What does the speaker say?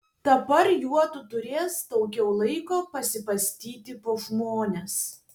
dabar juodu turės daugiau laiko pasibastyti po žmones